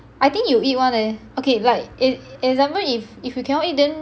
I think you will eat one leh okay like ex~ example if if you cannot eat then